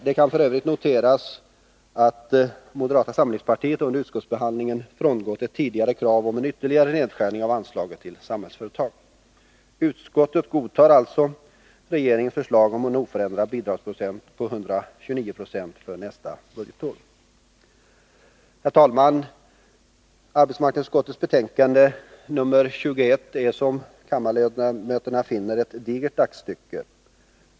Det kan f. ö. noteras att moderata samlingspartiet under utskottsbehandlingen frångått ett tidigare krav på en ytterligare nedskärning av anslaget till Samhällsföretag. Utskottet godtar även regeringens förslag om en oförändrad bidragsprocent på 129 90 för nästa budgetår. Herr talman! Arbetsmarknadsutskottets betänkande 21 är, som kammarens ledamöter kan se, ett digert aktstycke.